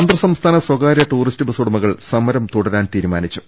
അന്തർ സംസ്ഥാന സ്വകാര്യ ടൂറിസ്റ്റ് ബസ്സുടമകൾ സമരം തുട രാൻ തീരുമാനിച്ചു